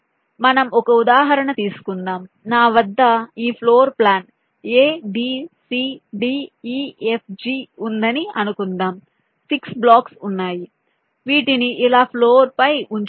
మనం ఒక ఉదాహరణ తీసుకుందాం నా వద్ద ఈ floor plan a b c d e f g ఉందని అనుకుందాం 6 బ్లాక్స్ ఉన్నాయి వీటిని ఇలా ఫ్లోర్ పై ఉంచారు